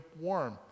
warm